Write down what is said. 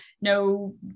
no